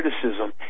criticism